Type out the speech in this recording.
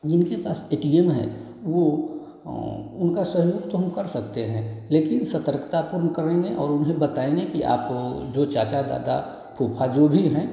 जिनके पास A T M है वह उनका सहयोग तो हम कर सकते हैं लेकिन सतर्कतापूर्ण करेंगे और उन्हें बताएँगे कि आप जो चाचा दादा फूफा जो भी हैं